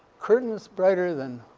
curtains brighter than